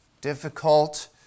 difficult